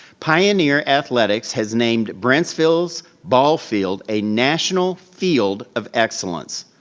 pioneer athletics has named brentsville's ball field a national field of excellence.